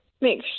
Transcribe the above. make